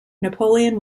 napoleon